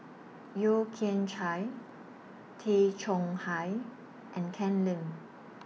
Yeo Kian Chai Tay Chong Hai and Ken Lim